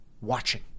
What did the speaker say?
watching